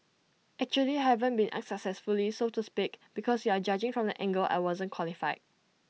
actually I haven't been unsuccessfully so to speak because you are judging from the angle I wasn't qualified